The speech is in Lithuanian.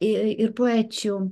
ir poečių